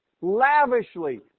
lavishly